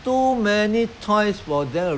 ah then the toy to them is